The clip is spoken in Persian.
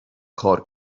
کار